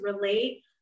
relate